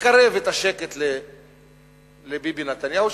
לקרב את השקט לביבי נתניהו,